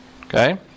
Okay